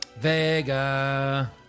Vega